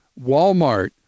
Walmart